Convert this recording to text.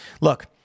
Look